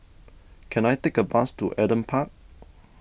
can I take a bus to Adam Park